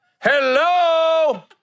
Hello